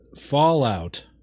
Fallout